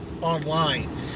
online